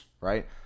Right